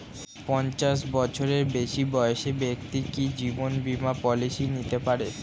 পঞ্চাশ বছরের বেশি বয়সের ব্যক্তি কি জীবন বীমা পলিসি নিতে পারে?